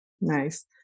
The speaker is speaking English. Nice